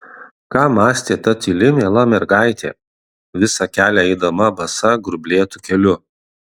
ką mąstė ta tyli miela mergaitė visą kelią eidama basa grublėtu keliu